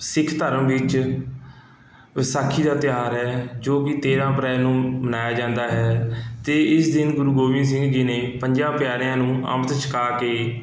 ਸਿੱਖ ਧਰਮ ਵਿੱਚ ਵਿਸਾਖੀ ਦਾ ਤਿਉਹਾਰ ਹੈ ਜੋ ਕਿ ਤੇਰ੍ਹਾਂ ਅਪ੍ਰੈਲ ਨੂੰ ਮਨਾਇਆ ਜਾਂਦਾ ਹੈ ਅਤੇ ਇਸ ਦਿਨ ਗੁਰੂ ਗੋਬਿੰਦ ਸਿੰਘ ਜੀ ਨੇ ਪੰਜਾਂ ਪਿਆਰਿਆਂ ਨੂੰ ਅੰਮ੍ਰਿਤ ਛਕਾ ਕੇ